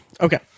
okay